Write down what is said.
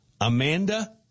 Amanda